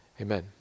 Amen